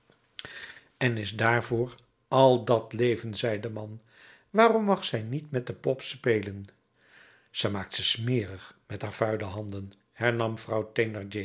en is daarvoor al dat leven zei de man waarom mag zij niet met de pop spelen zij maakt ze smerig met haar vuile handen hernam vrouw